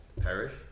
perish